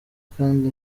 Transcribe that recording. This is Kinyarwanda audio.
kandi